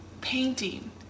Painting